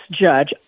judge